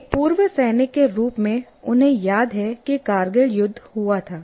एक पूर्व सैनिक के रूप में उन्हें याद है कि कारगिल युद्ध हुआ था